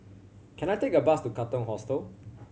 can I take a bus to Katong Hostel